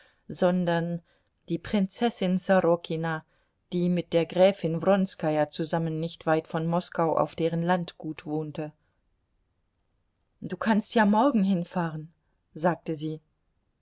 sondern die prinzessin sorokina die mit der gräfin wronskaja zusammen nicht weit von moskau auf deren landgut wohnte du kannst ja morgen hinfahren sagte sie